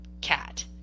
cat